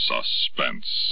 Suspense